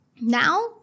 Now